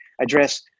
address